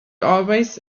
always